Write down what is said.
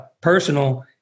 personal